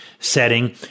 setting